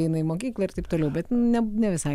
eina į mokyklą ir taip toliau bet ne ne visai